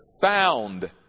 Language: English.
found